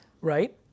right